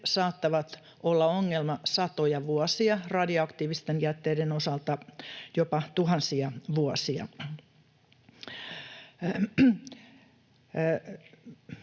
saattavat olla ongelma satoja vuosia, radioaktiivisten jätteiden osalta jopa tuhansia vuosia.